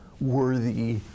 worthy